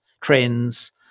trends